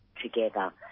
together